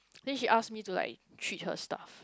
then she ask me to like treat her stuff